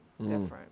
different